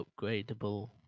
upgradable